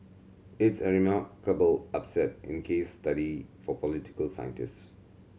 it's a remarkable upset in case study for political scientists